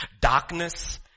Darkness